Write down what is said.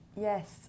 Yes